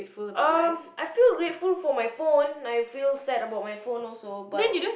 um I feel grateful for my phone my feel sad for my phone also but